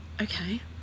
Okay